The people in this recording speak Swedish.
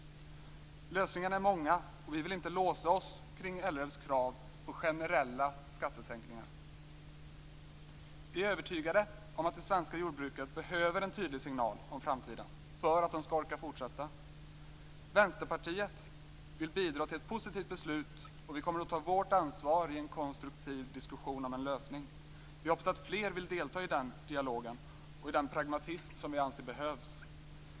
Lösningarna är många, och vi vill inte låsa oss kring LRF:s krav på generella skattesänkningar. Vänsterpartiet vill bidra till ett positivt beslut, och vi kommer att ta vårt ansvar i en konstruktiv diskussion om en lösning.